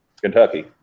Kentucky